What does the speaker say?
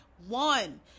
one